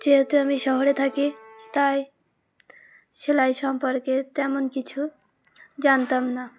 যেহেতু আমি শহরে থাকি তাই সেলাই সম্পর্কে তেমন কিছু জানতাম না